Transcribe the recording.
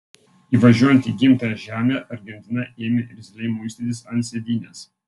įvažiuojant į gimtąją žemę argentina ėmė irzliai muistytis ant sėdynės